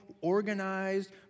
organized